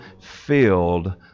filled